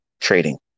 trading